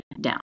down